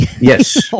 Yes